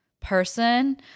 person